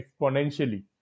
exponentially